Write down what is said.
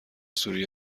سوری